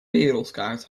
wereldkaart